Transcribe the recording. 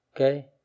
Okay